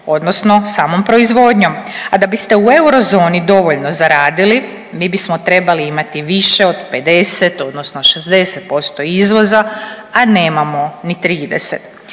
odnosno samom proizvodnjom, a da biste u eurozoni dovoljno zaradili, mi bismo trebali imati više od 50 odnosno 60% izvoza, a nemamo ni 30.